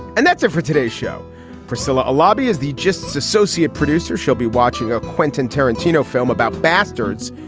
and that's it for today's show. priscilla, a lobby is the justice associate producer, she'll be watching a quentin tarantino film about bastards.